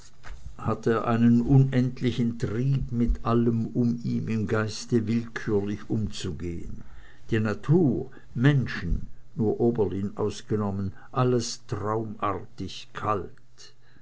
hatte er einen unendlichen trieb mit allem um ihn im geiste willkürlich umzugehen die natur menschen nur oberlin ausgenommen alles traumartig kalt